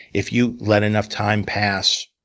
if you let enough time pass